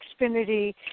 Xfinity